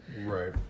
Right